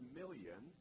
million